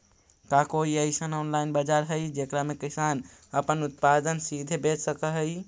का कोई अइसन ऑनलाइन बाजार हई जेकरा में किसान अपन उत्पादन सीधे बेच सक हई?